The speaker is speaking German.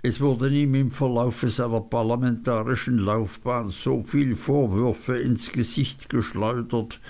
es wurden ihm im verlauf seiner parlamentarischen laufbahn soviel vorwürfe ins gesicht geschleudert